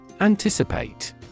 Anticipate